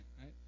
right